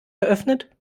geöffnet